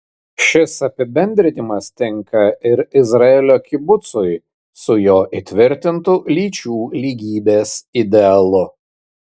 šis apibendrinimas tinka ir izraelio kibucui su jo įtvirtintu lyčių lygybės idealu